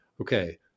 okay